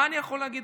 מה אני יכול להגיד,